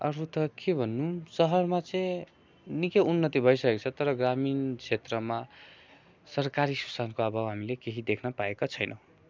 अरू त के भन्नु सहरमा चाहिँ निकै उन्नति भइसकेको छ तर ग्रामीण क्षेत्रमा सरकारी एसोसिएसनको अब हामीले केही देख्नु पाएको छैनौँ